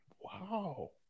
Wow